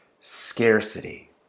scarcity